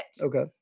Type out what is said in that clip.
Okay